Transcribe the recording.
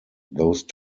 those